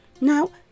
Now